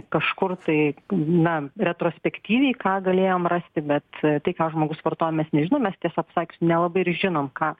kažkur tai na retrospektyviai ką galėjom rasti bet tai ką žmogus vartojo mes nežinom mes tiesą pasakius nelabai ir žinom ką